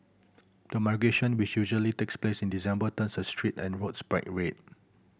the migration which usually takes place in December turns the streets and roads a bright red